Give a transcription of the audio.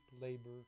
labor